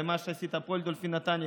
ומה שעשית בפועל דולפין נתניה,